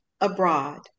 abroad